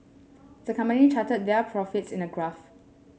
the company charted their profits in a graph